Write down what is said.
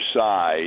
side